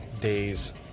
days